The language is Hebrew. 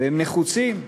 ונחוצים,